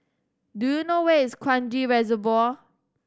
do you know where is Kranji Reservoir